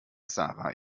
sarah